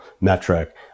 metric